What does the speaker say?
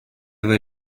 were